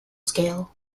scale